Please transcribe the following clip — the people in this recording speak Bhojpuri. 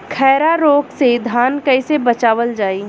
खैरा रोग से धान कईसे बचावल जाई?